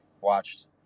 watched